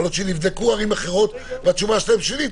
יכול להיות שנבדקו ערים אחרות והתשובה שלהם שלילית,